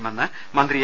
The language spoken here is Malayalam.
ക്കുമെന്ന് മന്ത്രി എ